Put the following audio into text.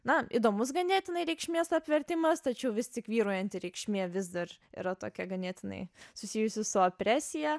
na įdomus ganėtinai reikšmės apvertimas tačiau vis tik vyraujanti reikšmė vis dar yra tokia ganėtinai susijusi su apresija